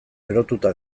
erotuta